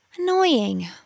annoying